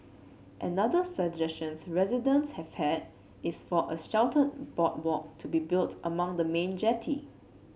another suggestions residents have had is for a sheltered boardwalk to be built along the main jetty